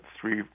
three